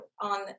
on